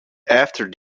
after